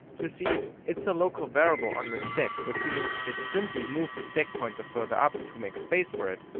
you see it's a local variable on the stack, which means it simply moved the stack pointer further up to make space for it,